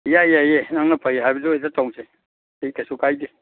ꯏꯌꯥ ꯌꯥꯏꯌꯦ ꯅꯪꯅ ꯐꯩ ꯍꯥꯏꯕꯗꯨ ꯍꯦꯛꯇ ꯇꯧꯁꯦ ꯑꯩ ꯀꯩꯁꯨ ꯀꯥꯏꯗꯦ